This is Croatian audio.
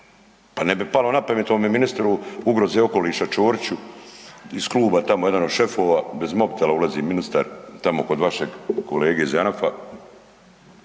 pa ne bi palo napamet ovom ministru ugroze okoliša Ćoriću iz kluba tamo jedan od šefova, bez mobitela ulazi ministar tamo kod vašeg kolege iz JANAF-a,